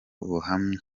buhamye